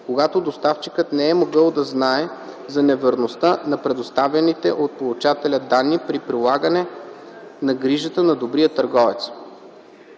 когато доставчикът не е могъл да знае за неверността на предоставените от получателя данни при полагане на грижата на добрия търговец.